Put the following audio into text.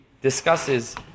discusses